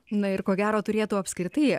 na ir ko gero turėtų apskritai